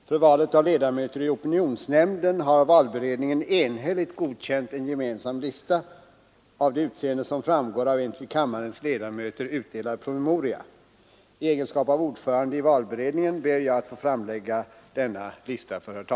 Herr talman! För valet av ledamöter i opinionsnämnden har valberedningen enhälligt godkänt en gemensam lista av det utseende som framgår av en till kammarens ledamöter utdelad promemoria. I egenskap av ordförande i valberedningen ber jag att få framlägga denna lista.